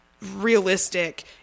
realistic